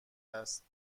است